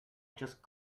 just